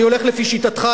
אני הולך לפי שיטתך,